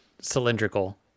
cylindrical